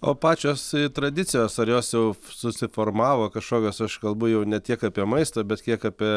o pačios tradicijos ar jos jau susiformavo kažkokios aš kalbu jau ne tiek apie maistą bet kiek apie